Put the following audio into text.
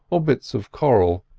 or bits of coral,